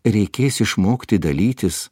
reikės išmokti dalytis